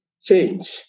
change